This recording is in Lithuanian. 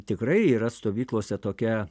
tikrai yra stovyklose tokia